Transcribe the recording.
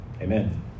Amen